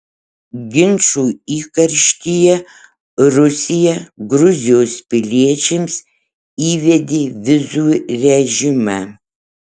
ginčų įkarštyje rusija gruzijos piliečiams įvedė vizų režimą